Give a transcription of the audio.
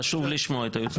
חשוב לשמוע את הייעוץ המשפטי.